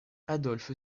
adolphe